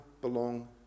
belong